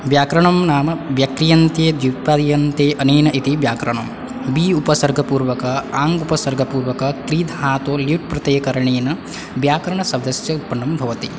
व्याकरणं नाम व्यक्रियन्ते व्युत्पाद्यन्ते अनेन इति व्याकरणं वि उपसर्गपूर्वक आङ् उपसर्गपूर्वक क्रि धातोः लिप् प्रत्ययकरणेन व्याकरणशब्दस्य व्युत्पन्नं भवति